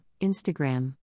Instagram